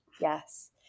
Yes